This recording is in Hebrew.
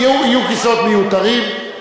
יהיו כיסאות מיותרים.